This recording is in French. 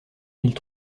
mille